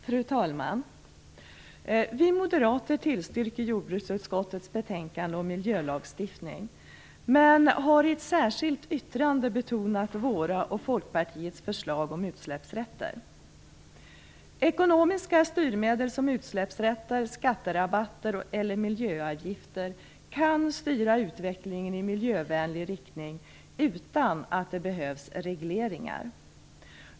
Fru talman! Vi moderater tillstyrker jordbruksutskottets betänkande om miljölagstiftning, men har i ett särskilt yttrande betonat våra och Folkpartiets förslag om utsläppsrätter. Ekonomiska styrmedel som utsläppsrätter, skatterabatter eller miljöavgifter kan styra utvecklingen i miljövänlig riktning utan att det behövs regleringar.